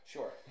Sure